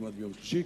כמעט ביום שלישי,